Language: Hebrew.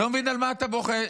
לא מבין על מה אתה בוכה.